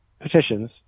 petitions